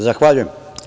Zahvaljujem.